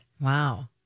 Wow